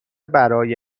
برای